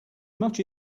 much